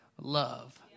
love